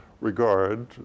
regard